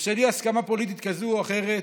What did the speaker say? בשל אי-הסכמה פוליטית כזו או אחרת,